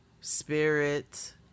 Spirit